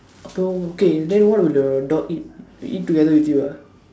okay okay then what will the dog eat they eat together with you ah